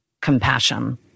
compassion